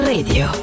Radio